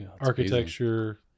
architecture